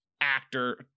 actor